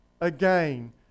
again